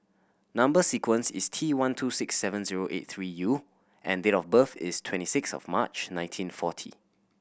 number sequence is T one two six seven zero eight three U and date of birth is twenty six of March nineteen forty